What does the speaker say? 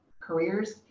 careers